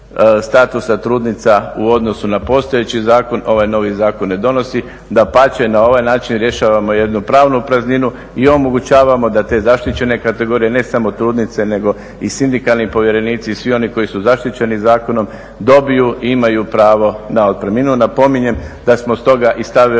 u odnosu na postojeći zakon, ovaj novi zakon ne donosi. Dapače, na ovaj način rješavamo jednu pravnu prazninu i omogućavamo da te zaštićene kategorije ne samo trudnice nego i sindikalni povjerenici i svi oni koji su zaštićeni zakonom dobiju, imaju pravo na otpremninu.